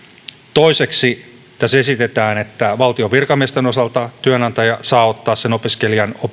toiseksi tässä esitetään että valtion virkamiesten osalta työnantaja saa ottaa sen opiskelijan